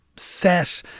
set